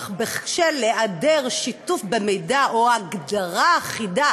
אך בשל היעדר שיתוף במידע או הגדרה אחידה